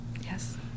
Yes